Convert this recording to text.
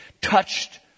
touched